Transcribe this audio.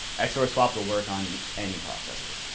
xor swap will work on any processor.